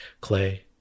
Clay